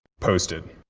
posted.